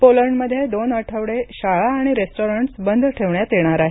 पोलंडमध्ये दोन आठवडे शाळा आणि रेस्टॉरंटस् बंद ठेवण्यात येणार आहेत